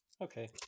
Okay